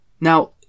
Now